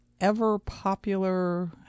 ever-popular